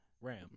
Ram